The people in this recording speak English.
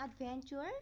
adventure